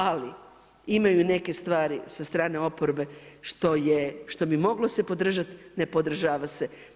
Ali imaju i neke stvari sa strane oporbe što bi moglo se podržati, ne podržava se.